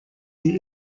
sie